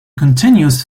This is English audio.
continuous